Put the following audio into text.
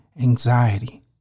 anxiety